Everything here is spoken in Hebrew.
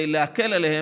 להקל עליהם,